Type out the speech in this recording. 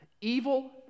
evil